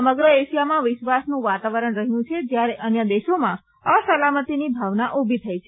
સમગ્ર એશિયામાં વિશ્વાસનું વાતાવરણ રહ્યું છે જ્યારે અન્ય દેશોમાં અસલામતિની ભાવના ઉભી થઈ છે